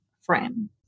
friend